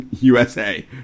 USA